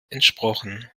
entsprochen